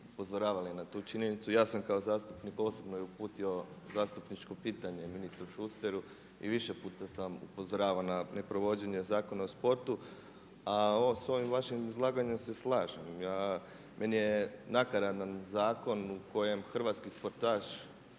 upozoravali na tu činjenicu. Ja sam kao zastupnik osobno i uputio zastupničko pitanje ministru Šusteru i više puta sam upozoravao na ne provođenje Zakona o sportu, a s ovim vašim izlaganjem se slažem. Meni je nakaradan zakon u kojem hrvatski sportaš